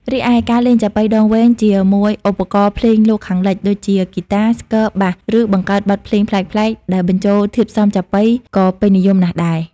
រីឯ ការលេងចាប៉ីដងវែងជាមួយឧបករណ៍ភ្លេងលោកខាងលិច ដូចជា ហ្គីតា ស្គរ បាស ឬបង្កើតបទភ្លេងប្លែកៗដែលបញ្ចូលធាតុផ្សំចាប៉ីក៏ពេញនិយមណាស់ដែរ។